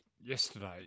yesterday